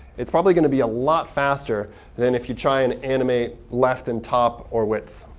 it's probably going to be a lot faster than if you try and animate left and top or width.